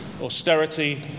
austerity